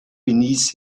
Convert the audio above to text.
beneath